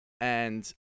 and-